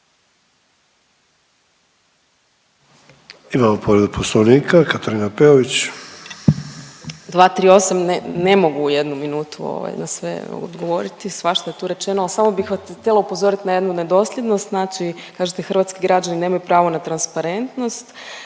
Peović. **Peović, Katarina (RF)** 238. Ne mogu jednu minutu na sve odgovoriti, svašta je tu rečeno ali samo bih vas htjela upozoriti na jednu nedosljednost. Znači, kažete hrvatski građani nemaju pravo na transparentnost.